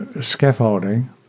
scaffolding